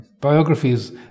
biographies